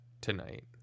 tonight